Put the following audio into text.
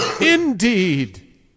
indeed